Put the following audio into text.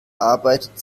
arbeitet